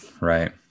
right